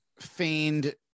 feigned